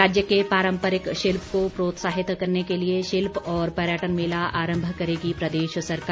राज्य के पारम्परिक शिल्प को प्रोत्साहित करने के लिए शिल्प और पर्यटन मेला आरंभ करेगी प्रदेश सरकार